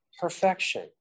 perfection